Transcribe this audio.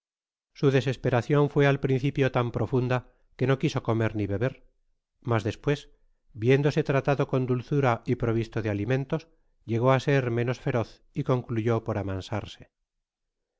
su desesperacion fué al principio tan profunda que no quiso comer ni beber mas despues viéndose tra tado con dulzura y provisto de alimentos llegó á ser menos feroz y concluyó por amansarse